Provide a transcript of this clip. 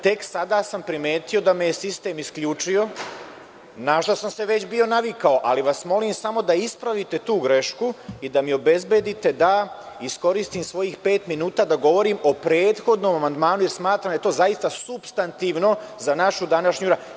Tek sada sam primetio da me je sistem isključio, na šta sam se već navikao, ali molim vas da ispravite tu grešku i da mi obezbedite da iskoristim svojih pet minuta da govorim o prethodnom amandmanu, jer smatram da je to zaista supstantivno za našu današnju raspravu.